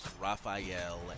Raphael